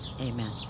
amen